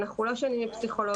אנחנו לא שונים מפסיכולוגים,